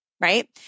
right